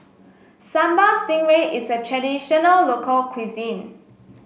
Sambal Stingray is a traditional local cuisine